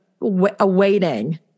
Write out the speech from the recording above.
awaiting